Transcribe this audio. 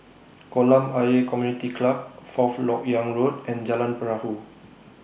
Kolam Ayer Community Club Fourth Lok Yang Road and Jalan Perahu